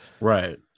Right